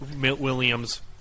williams